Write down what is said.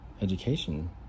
education